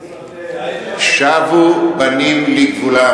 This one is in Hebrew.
שבו בנים לגבולם.